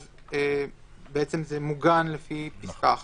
זה מוגן בפסקה (1).